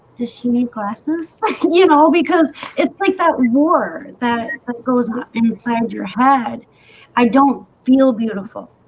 does she need glasses you know because it's like that war that ah goes ah inside your head i don't feel beautiful.